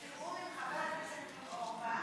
בתיאום עם חבר הכנסת אורבך,